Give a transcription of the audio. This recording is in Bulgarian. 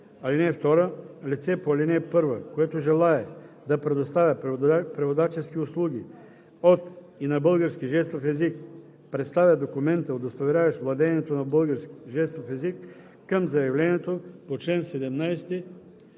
1. (2) Лице по ал. 1, което желае да предоставя преводачески услуги от и на български жестов език, представя документа, удостоверяващ владеенето на български жестов език, към заявлението по чл. 17,